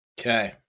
Okay